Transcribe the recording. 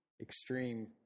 extreme